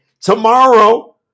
tomorrow